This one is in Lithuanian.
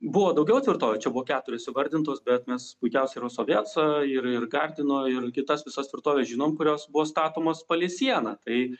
buvo daugiau tvirtovių čia buvo keturios įvardintos bet mes puikiausiai yra sovieco ir ir gardino ir kitas visas tvirtoves žinom kurios buvo statomos palei sieną tai